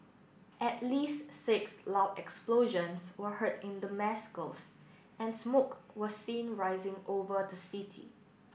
at least six loud explosions were heard in Damascus and smoke was seen rising over the city